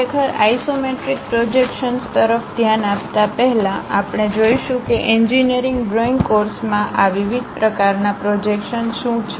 ખરેખર isometric projection તરફ ધ્યાન આપતા પહેલા આપણે જોઈશું કે એન્જિનિયરિંગ ડ્રોઇંગ કોર્સમાં આ વિવિધ પ્રકારનાં પ્રોજેક્શન શું છે